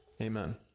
Amen